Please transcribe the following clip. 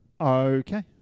okay